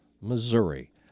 Missouri